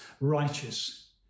righteous